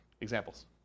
Examples